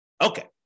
Okay